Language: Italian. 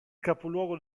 capoluogo